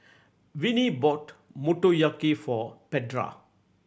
Vennie bought Motoyaki for Petra